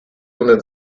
una